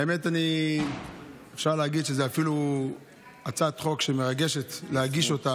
האמת שאפילו אפשר להגיד שזאת הצעת חוק שמרגש להגיש אותה,